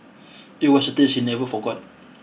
it was a taste he never forgot